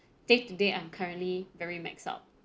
day to day I'm currently very maxed out